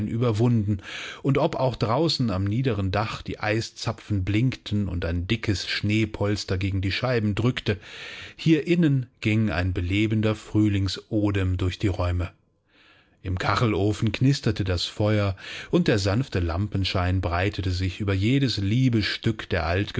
überwunden und ob auch draußen am niederen dach die eiszapfen blinkten und ein dickes schneepolster gegen die scheiben drückte hier innen ging ein belebender frühlingsodem durch die räume im kachelofen knisterte das feuer und der sanfte lampenschein breitete sich über jedes liebe stück der